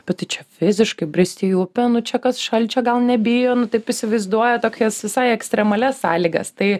bet tai čia fiziškai bristi į upę nu čia kas šalčio gal nebijo nu taip įsivaizduoja tokias visai ekstremalias sąlygas tai